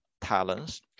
talents